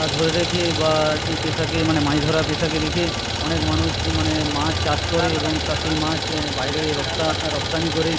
ধরে রেখেই বা এই পেশাকে মানে মাছ ধরা পেশাকে রেখে অনেক মানুষ মানে মাছ চাষ করে এবং তা সেই মাছ এ বাইরে রপ্তা রপ্তানি করে